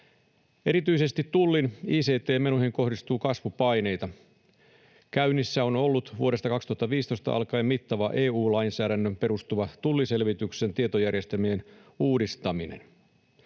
Erityisesti tullin ict-menoihin kohdistuu kasvupaineita. Käynnissä on ollut vuodesta 2015 alkaen mittava EU-lainsäädäntöön perustuva tulliselvityksen tietojärjestelmien uudistaminen.